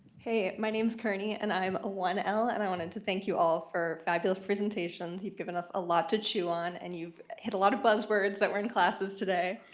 hey my name's kearney and i'm a one l and i wanted to thank you all for i build presentations you've given us a lot to chew on and you've hit a lot of buzzwords that were in classes today.